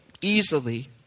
easily